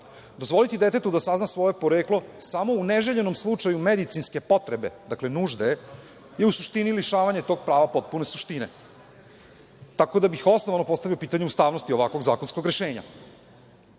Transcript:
Dozvoliti detetu da sazna svoje poreklo samo u neželjenom slučaju medicinske potrebe, dakle nužde, u suštini je lišavanje tog prava potpune suštine. Tako da bih osnovano postavio pitanje ustavnosti ovakvog zakonskog rešenja. Dodatno,